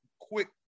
quick